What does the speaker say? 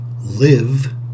live